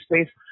space